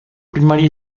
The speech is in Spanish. primaria